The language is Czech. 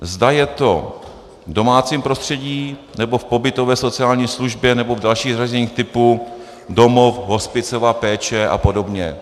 Zda je to v domácím prostředí, nebo v pobytové sociální službě, nebo v dalších zařízeních typu domov, hospicová péče a podobně.